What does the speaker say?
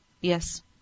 Yes